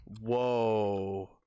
Whoa